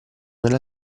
nella